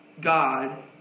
God